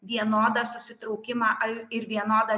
vienodą susitraukimą ir vienodą